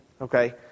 Okay